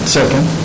second